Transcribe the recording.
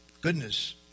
Goodness